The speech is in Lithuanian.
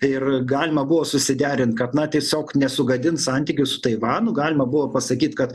ir galima buvo susiderint kad na tiesiog nesugadint santykių su taivanu galima buvo pasakyt kad